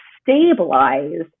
stabilize